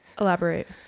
Elaborate